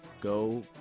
go